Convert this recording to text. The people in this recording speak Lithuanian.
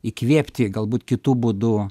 įkvėpti galbūt kitu būdu